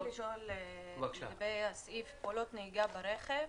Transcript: רציתי לשאול לגבי הסעיף פעולות נהיגה ברכב,